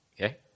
Okay